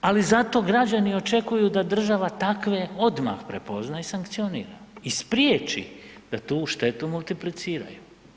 Ali zato građani očekuju da država takve odmah prepozna i sankcionira i spriječi da tu štetu multipliciraju.